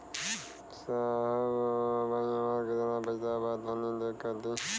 साहब अबहीं हमार कितना पइसा बा तनि देखति?